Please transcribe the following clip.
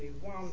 one